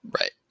Right